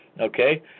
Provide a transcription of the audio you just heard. Okay